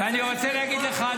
אני רוצה להגיד לך,